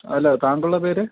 അല്ല താങ്കളുടെ പേര്